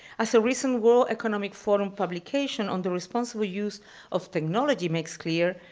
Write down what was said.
as a recent world economic forum publication on the responsible use of technology makes clear,